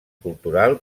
cultural